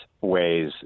ways